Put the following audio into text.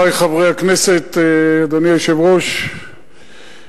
אדוני היושב-ראש,